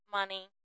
money